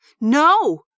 No